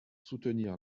soutenir